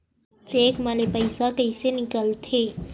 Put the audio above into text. Cheque म ले पईसा कइसे निकलथे?